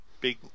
big